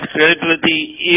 credibility